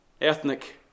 ethnic